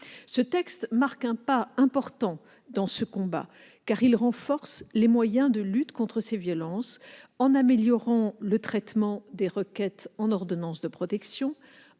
Ce texte marque un pas important dans ce combat, car il renforce les moyens de lutte contre ces violences en améliorant le traitement des requêtes en ordonnance de protection,